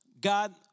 God